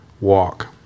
walk